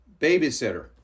babysitter